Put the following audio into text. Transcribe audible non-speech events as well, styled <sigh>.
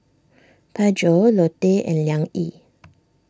Pedro Lotte and Liang Yi <noise>